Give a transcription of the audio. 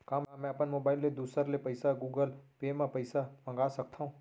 का मैं अपन मोबाइल ले दूसर ले पइसा गूगल पे म पइसा मंगा सकथव?